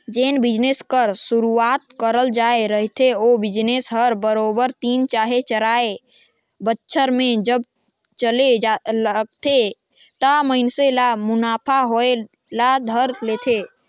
जेन बिजनेस कर सुरूवात करल जाए रहथे ओ बिजनेस हर बरोबेर तीन चहे चाएर बछर में जब चले लगथे त मइनसे ल मुनाफा होए ल धर लेथे